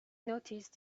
noticed